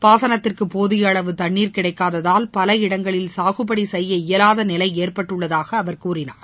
பாசனத்திற்கு போதிய அளவு தண்ணீர் கிடைக்காததால் பல இடங்களில் சாகுபடி செய்ய இயலாத நிலை ஏற்பட்டுள்ளதாக அவர் கூறினார்